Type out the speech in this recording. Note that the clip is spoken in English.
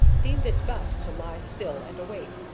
deemed it best to lie still and await,